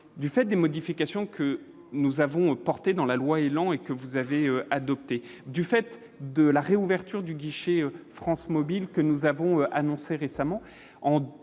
du fait des modifications que nous avons porté dans la loi élan et que vous avez adopté du fait de la réouverture du guichet France-mobile que nous avons annoncé récemment,